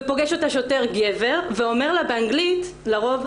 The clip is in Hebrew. ופוגש אותה שוטר גבר ואומר לה באנגלית לרוב,